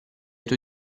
tue